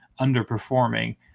underperforming